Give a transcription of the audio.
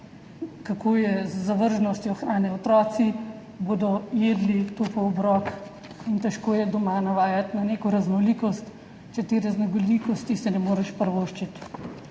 kako je z zavrženjem hrane. Otroci bodo jedli topel obrok in težko je doma navajati na neko raznolikost, če si te raznolikosti ne moreš privoščiti.